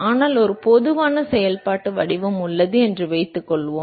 ஆனால் ஒரு பொதுவான செயல்பாட்டு வடிவம் உள்ளது என்று வைத்துக்கொள்வோம்